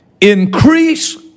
Increase